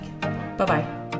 Bye-bye